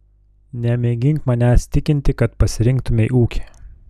nemėgink manęs tikinti kad pasirinktumei ūkį